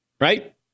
Right